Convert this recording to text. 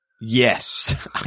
Yes